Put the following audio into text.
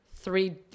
three